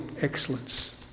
excellence